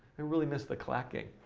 i really miss the clacking.